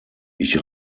ich